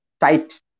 tight